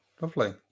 lovely